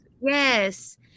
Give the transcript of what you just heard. Yes